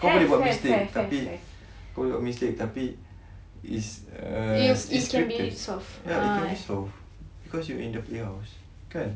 kau boleh buat mistake tapi kau boleh buat mistake tapi it's uh it's scripted ya it can be soft because you're in the playhouse kan